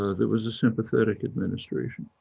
ah there was a sympathetic administration,